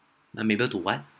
I'm able to what